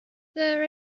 there